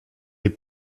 les